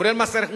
כולל מס ערך מוסף,